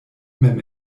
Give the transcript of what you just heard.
mem